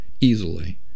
easily